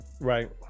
Right